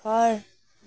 ঘৰ